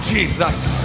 Jesus